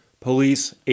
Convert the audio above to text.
police